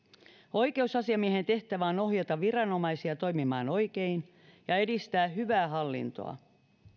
oikeusasiamiehen tehtävä on ohjata viranomaisia toimimaan oikein ja edistää hyvää hallintoa